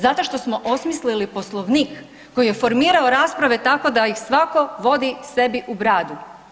Zato što smo osmislili poslovnik koji je formirao rasprava tako da ih svako vodi sebi u bradu.